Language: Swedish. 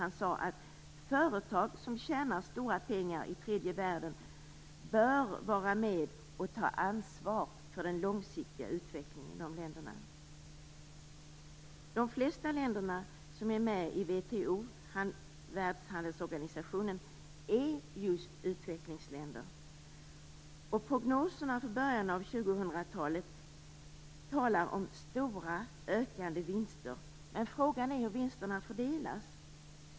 Han sade att företag som tjänar stora pengar i tredje världen bör vara med och ta ansvar för den långsiktiga utvecklingen i de länderna. De flesta länder som är med i WTO, världshandelsorganisationen, är just utvecklingsländer. Prognoserna för början av 2000-talet talar om stora ökande vinster. Men frågan är hur vinsterna fördelas.